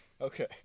Okay